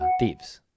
thieves